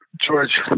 George